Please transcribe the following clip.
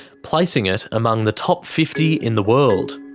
placing it among the top fifty in the world.